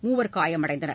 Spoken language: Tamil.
மூவர் காயமடைந்தனர்